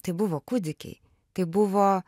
tai buvo kūdikiai tai buvo